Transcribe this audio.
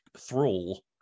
thrall